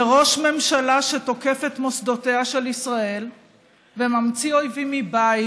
ראש ממשלה שתוקף את מוסדותיה של ישראל וממציא אויבים מבית,